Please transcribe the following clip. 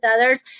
others